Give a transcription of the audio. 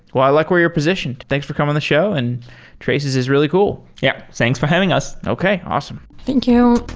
well, i like where you're positioned. thanks for coming on the show, and traces is really cool yeah, thanks for having us. okay. awesome thank you.